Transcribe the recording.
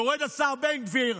יורד השר בן גביר,